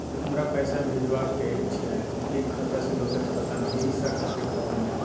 हमरा पैसा भेजबाक छै एक खाता से दोसर खाता मे एहि शाखा के खाता मे?